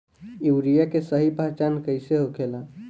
Urea के सही पहचान कईसे होखेला?